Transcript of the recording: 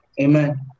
Amen